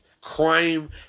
crime